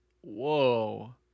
Whoa